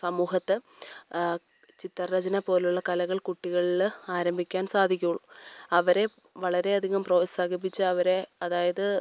സമൂഹത്ത് ചിത്രരചന പോലുള്ള കലകൾ കുട്ടികളിൽ ആരംഭിക്കാൻ സാധിക്കൂ അവരെ വളരെ അധികം പ്രോത്സാഹിപ്പിച്ചവരെ അതായത്